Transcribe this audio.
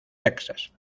texas